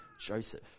joseph